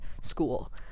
school